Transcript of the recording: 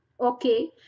Okay